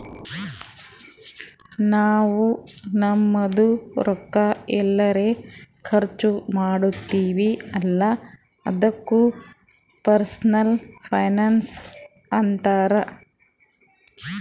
ನಾವ್ ನಮ್ದು ರೊಕ್ಕಾ ಎಲ್ಲರೆ ಖರ್ಚ ಮಾಡ್ತಿವಿ ಅಲ್ಲ ಅದುಕ್ನು ಪರ್ಸನಲ್ ಫೈನಾನ್ಸ್ ಅಂತಾರ್